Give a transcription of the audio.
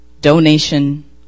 donation